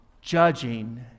judging